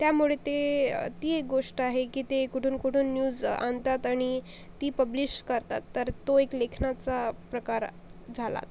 त्यामुळे ते ती एक गोष्ट आहे की ते कुठून कुठून न्यूज आणतात आणि ती पब्लिश करतात तर तो एक लेखनाचा प्रकार झाला आता